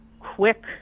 quick